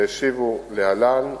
ולהלן התשובה: